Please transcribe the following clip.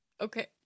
okay